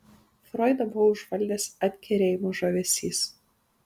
froidą buvo užvaldęs atkerėjimo žavesys